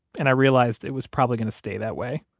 and i realized it was probably going to stay that way.